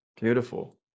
Beautiful